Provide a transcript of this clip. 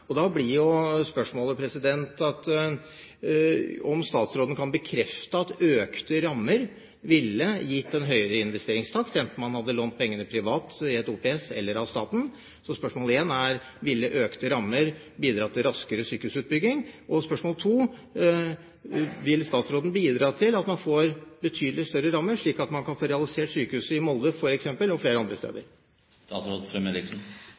gjelden. Da blir spørsmålet om statsråden kan bekrefte at økte rammer ville gitt en høyere investeringstakt, enten man hadde lånt pengene privat, i et OPS eller av staten. Så spørsmål 1 er: Ville økte rammer bidratt til raskere sykehusbygging? Og spørsmål 2: Vil statsråden bidra til at man får betydelig større rammer, slik at man kan få realisert sykehuset i Molde, f.eks., og flere andre